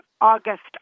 August